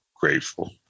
grateful